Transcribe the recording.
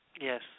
Yes